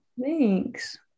Thanks